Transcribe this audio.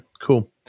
cool